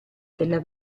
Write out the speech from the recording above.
della